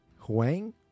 huang